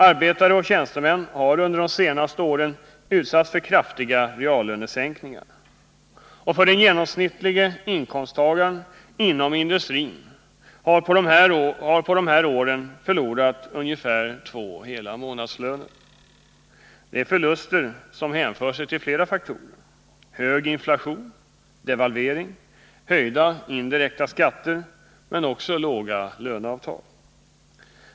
Arbetare och tjänstemän har under de senaste åren utsatts för kraftiga reallönesäkningar. Den genomsnittlige inkomsttagaren inom industrin har på dessa år förlorat ungefär två månadslöner. Det är förluster som hänför sig till flera faktorer: hög inflation, devalvering, höjda direkta skatter men också dåliga löneavtal.